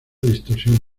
distorsión